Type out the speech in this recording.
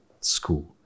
school